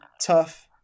tough